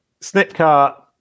Snipcart